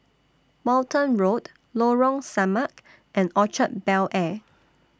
Walton Road Lorong Samak and Orchard Bel Air